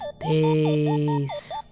peace